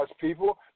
people